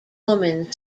woman